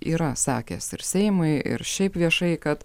yra sakęs ir seimui ir šiaip viešai kad